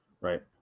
Right